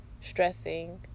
stressing